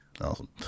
awesome